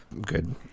Good